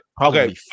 Okay